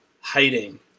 hiding